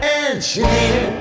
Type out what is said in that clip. engineer